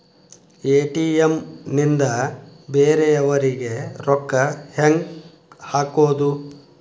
ATM ನಿಂದ ಬೇರೆಯವರಿಗೆ ರೊಕ್ಕ ಹೆಂಗ್ ಹಾಕೋದು?